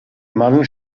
mann